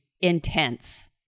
intense